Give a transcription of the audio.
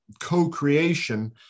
co-creation